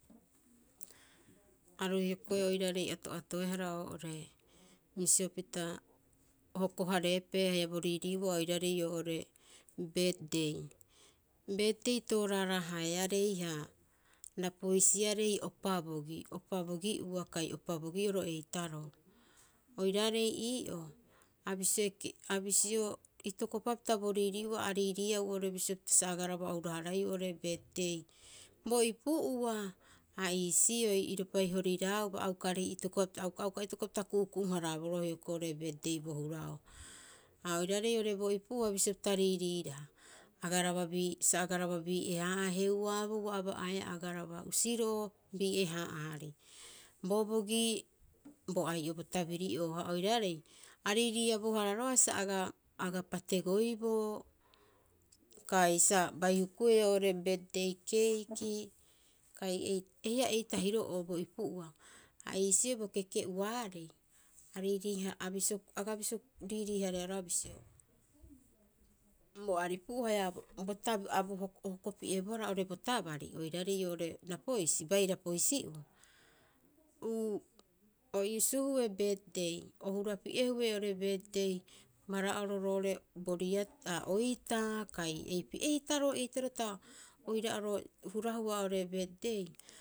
Aru hioko'i oiraarei ato'atoehara oo'ore, bisio pita hoko- haarepe haia bo riirii'ua oiraarei oo'ore birth day. Birth day tooraaraa haearei ha rapoisiarei opa bogi, opa bogi'ua kai opa bogi'oro eitaroo. Oiraare ii'oo a bisio ekei, a bisio itokopapita bo riirii'ua a riiriiau oo'ore bisio sa agaraba o hura- haraaiu oo'ore birth day. Bo ipu'ua, ha iisioi iropai horiiraauba, a ukaarei itokopapita, a uka itokopapita ku'uku'u- haraaboro hioko'i oo'ore birth day bo hura'oo. Ha oiraarei oo'ore bo ipu'ua bisio pita riiriiraha, agaraba bii, sa agaraba bii'e- hara'aha heuaaboo ua aba'aeaa agaraba, usiro'o bii'e- haa'aari. Bobogi bo ai'o bo tabiri'oo, ha oirarei, a riiriiabohara roga'a sa aga, aga pategoiboo, kai sa bai huku'oe oo'ore birth day keiki, kai ei, haia ei tahiro'oo bo ipu'ua. Ha iisioi bo keke'uaarei, a riiriiha a bisio, aga bisio riirii- hareea roga'a bisio, bo aripu'oo haia bo taba a o hokopi'ebohara oo'ore bo tabari oiraarei oo'ore Rapoisi, bai Rapoisi'uu. Uu o iusuhe birth day, o hurapi'ehue oo'ore birth day bara'oro roo'ore bo ria, a oitaa kai eipi, eitaroo eitaroo ta oira'oro hurahua oo'ore birth day.